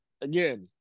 Again